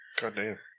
Goddamn